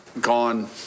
gone